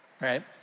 right